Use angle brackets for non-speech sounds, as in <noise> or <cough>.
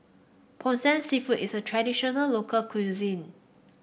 <unintelligible> seafood is a traditional local cuisine